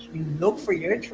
you look for your